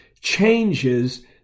changes